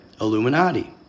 Illuminati